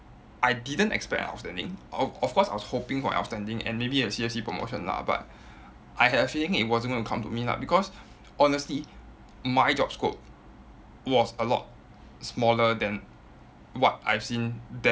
I didn't expect a outstanding of of course I was hoping for an outstanding and maybe a C_F_C promotion lah but I had a feeling it wasn't gonna come to me lah because honestly my job scope was a lot smaller than what I've seen them